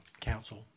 council